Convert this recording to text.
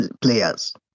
players